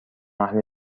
اهل